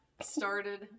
started